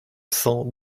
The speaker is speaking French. cent